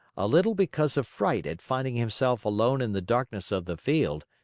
a little because of fright at finding himself alone in the darkness of the field,